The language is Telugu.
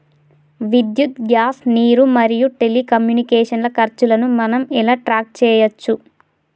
విద్యుత్ గ్యాస్ నీరు మరియు టెలికమ్యూనికేషన్ల ఖర్చులను మనం ఎలా ట్రాక్ చేయచ్చు?